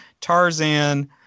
Tarzan